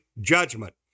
judgment